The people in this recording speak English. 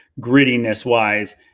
grittiness-wise